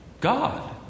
God